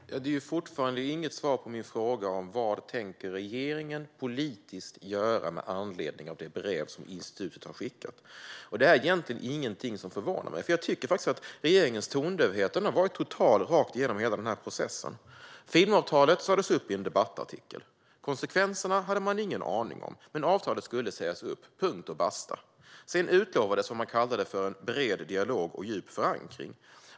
Herr talman! Detta är fortfarande inget svar på min fråga om vad regeringen politiskt tänker göra med anledning av det brev som institutet har skickat. Det är egentligen ingenting som förvånar mig, för regeringens tondövhet har varit total rakt igenom hela processen. Filmavtalet sas upp i en debattartikel. Konsekvenserna hade man ingen aning om. Men avtalet skulle sägas upp - punkt och basta! Sedan utlovades vad man kallade för en bred dialog och djup förankring.